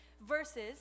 versus